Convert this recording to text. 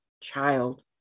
child